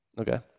Okay